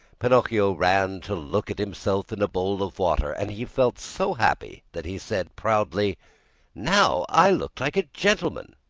pinocchio ran to look at himself in a bowl of water, and he felt so happy that he said proudly now i look like a gentleman.